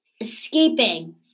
escaping